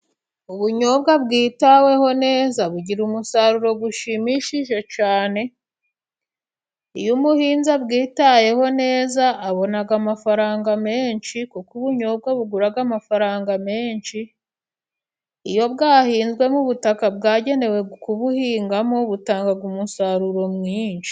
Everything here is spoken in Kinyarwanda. Ubunyobwa bwitaweho neza bugira umusaruro ushimishije cyane. Iyo umuhinzi abwitayeho neza, abona amafaranga menshi. Kuko ubunyobwa bugura amafaranga menshi, iyo bwahinzwe mu butaka bwagenewe kubuhingamo, butanga umusaruro mwinshi.